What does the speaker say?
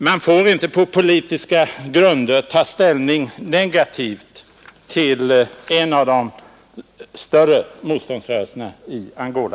Man får inte på politiska grunder ta negativ ställning till en av de båda stora motståndsrörelserna i Angola.